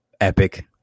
epic